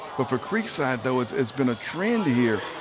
but for creekside, though, it's it's been a trend here.